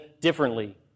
differently